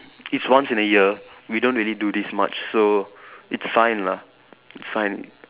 it's once in a year we don't really do this much so it's fine lah it's fine